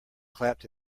clapped